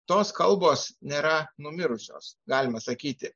tos kalbos nėra numirusios galima sakyti